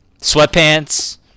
sweatpants